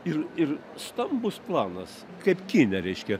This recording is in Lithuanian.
ir ir stambus planas kaip kine reiškia